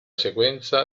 sequenza